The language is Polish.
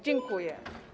Dziękuję.